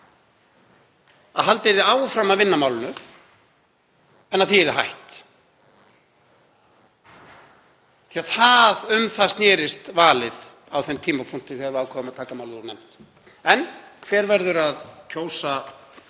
að haldið yrði áfram að vinna að málinu en að því yrði hætt. Um það snerist valið á þeim tímapunkti þegar við ákváðum að taka málið úr nefnd. En hver verður að kjósa